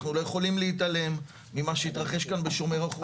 אנחנו לא יכולים להתעלם ממה שהתרחש כאן ב"שומר החומות".